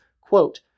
quote